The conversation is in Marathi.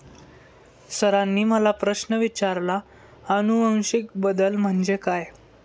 सरांनी मला प्रश्न विचारला आनुवंशिक बदल म्हणजे काय?